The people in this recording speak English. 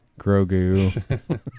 Grogu